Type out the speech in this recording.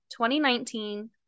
2019